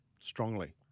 strongly